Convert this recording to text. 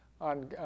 on